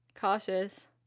cautious